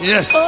Yes